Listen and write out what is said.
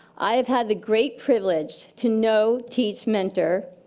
i have had the great privilege to know, teach, mentor,